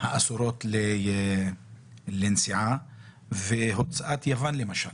האסורות לנסיעה והוצאת יוון למשל.